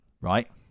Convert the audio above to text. right